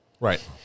Right